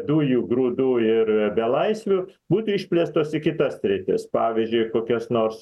dujų grūdų ir belaisvių būtų išplėstos į kitas sritis pavyzdžiui kokias nors